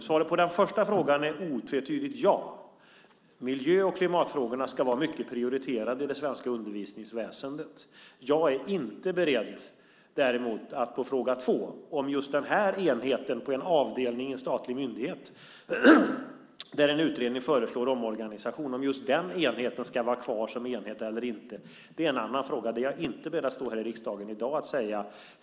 Svaret på den första frågan är otvetydigt ja. Miljö och klimatfrågorna kommer att vara mycket prioriterade i det svenska undervisningsväsendet. Jag är däremot inte beredd att svara på fråga två om just den här enheten på en statlig myndighet där man föreslår omorganisation ska vara kvar som enhet eller inte. Det är en annan fråga. Det är jag inte beredd att stå här i dag i riksdagen och säga.